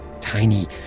tiny